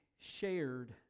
shared